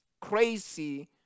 crazy